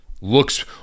looks